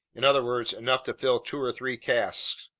in other words, enough to fill two or three casks.